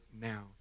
now